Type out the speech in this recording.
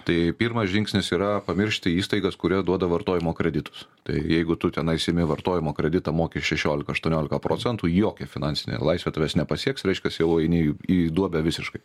tai pirmas žingsnis yra pamiršti įstaigas kurioje duoda vartojimo kreditus tai jeigu tu tenais imi vartojimo kreditą moki šešiolika aštuoniolika procentų jokia finansinė laisvė tavęs nepasieks reiškias jau eini į duobę visiškai